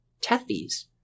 Tethys